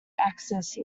axis